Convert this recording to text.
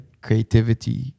creativity